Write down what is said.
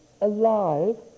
alive